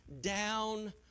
down